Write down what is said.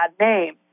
name